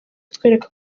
kutwereka